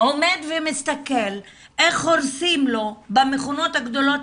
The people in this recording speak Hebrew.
עומד ומסתכל איך הורסים לו במכונות הגדולות